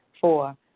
Four